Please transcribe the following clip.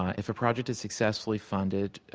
ah if a project is successfully funded,